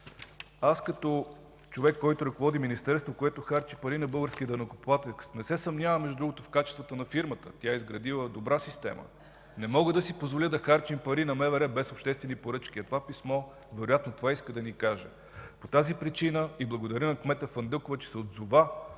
Аз като човек, който ръководи министерство, което харчи пари на българския данъкоплатец, не се съмнявам, между другото, в качеството на фирмата, тя е изградила добра система, не мога да си позволя да харчим пари на МВР без обществени поръчки, а това писмо вероятно това иска да ни каже. По тази причина благодаря на кмета Фандъкова, че се отзова